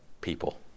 people